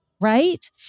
right